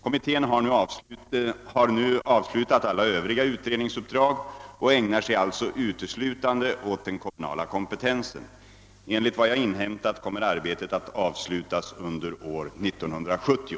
Kommittén har nu avslutat alla övriga utredningsuppdrag och ägnar sig alltså uteslutande åt den kommunala kompetensen. Enligt vad jag inhämtat kommer arbetet att avslutas under år 1970.